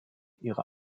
ihre